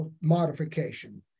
modification